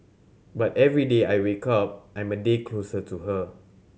but every day I wake up I'm a day closer to her